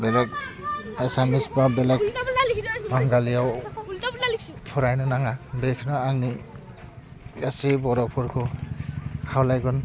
बेलेग एसामिस बा बेलेग बांगालियाव फरायनो नाङा बेखौनो आङो गासै बर'फोरखौ खावलायगोन